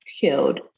killed